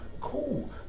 Cool